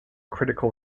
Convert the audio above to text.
critical